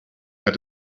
that